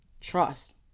trust